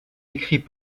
écrits